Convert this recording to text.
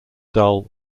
dull